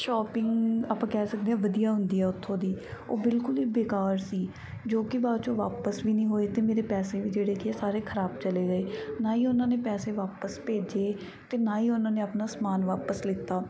shopping ਆਪਾਂ ਕਹਿ ਸਕਦੇ ਹਾਂ ਵਧੀਆ ਹੁੰਦੀ ਆ ਉੱਥੋਂ ਦੀ ਉਹ ਬਿਲਕੁਲ ਹੀ ਬੇਕਾਰ ਸੀ ਜੋ ਕਿ ਬਾਅਦ 'ਚੋਂ ਵਾਪਸ ਵੀ ਨਹੀਂ ਹੋਏ ਅਤੇ ਮੇਰੇ ਪੈਸੇ ਵੀ ਜਿਹੜੇ ਕਿ ਸਾਰੇ ਖ਼ਰਾਬ ਚਲੇ ਗਏ ਨਾ ਹੀ ਉਹਨਾਂ ਨੇ ਪੈਸੇ ਵਾਪਸ ਭੇਜੇ ਅਤੇ ਨਾ ਹੀ ਉਹਨਾਂ ਨੇ ਆਪਣਾ ਸਮਾਨ ਵਾਪਸ ਲਿੱਤਾ